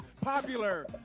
popular